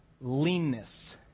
Leanness